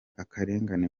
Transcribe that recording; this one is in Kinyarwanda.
akarengane